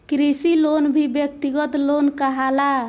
कृषि लोन भी व्यक्तिगत लोन कहाला